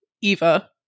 Eva